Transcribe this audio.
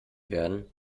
werden